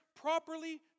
properly